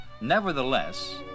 Nevertheless